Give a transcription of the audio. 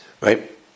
right